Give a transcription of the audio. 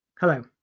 hello